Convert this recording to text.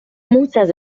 muchas